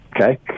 okay